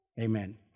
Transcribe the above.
Amen